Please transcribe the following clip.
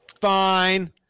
fine